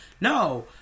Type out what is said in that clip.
no